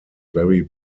very